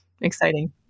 exciting